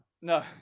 no